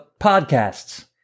podcasts